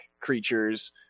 creatures